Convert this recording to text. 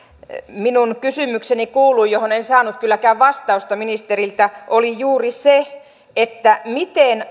minun kysymykseni johon en saanut kylläkään vastausta ministeriltä oli juuri se että miten